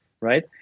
right